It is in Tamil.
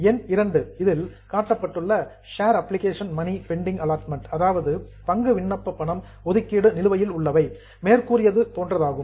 என் 2 இதில் காட்டப்பட்டுள்ள share application money pending allotment பங்கு விண்ணப்ப பணம் ஒதுக்கீடு நிலுவையில் உள்ளவை மேற்கூறியது போன்றதாகும்